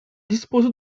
dispose